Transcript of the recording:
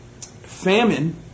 famine